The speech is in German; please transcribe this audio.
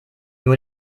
nur